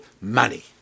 money